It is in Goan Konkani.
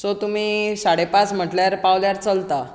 सो तुमी साडेपांच म्हळ्यार पावल्यार चलता